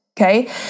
okay